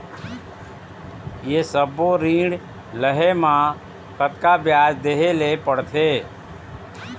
ये सब्बो ऋण लहे मा कतका ब्याज देहें ले पड़ते?